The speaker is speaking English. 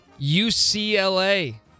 UCLA